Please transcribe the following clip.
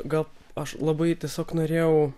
gal aš labai tiesiog norėjau